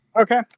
Okay